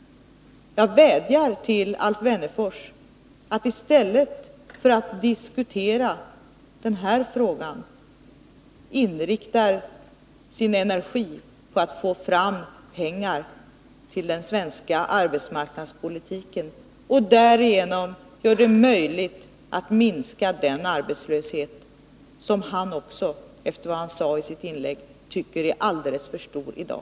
Jag vädjar till Alf Wennerfors att, i stället för att diskutera den här frågan, inrikta sin energi på att få fram pengar till den svenska arbetsmarknadspolitiken och därigenom göra det möjligt att minska den arbetslöshet som han också, efter vad han sade i sitt inlägg, tycker är alldeles för stor i dag.